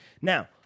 Now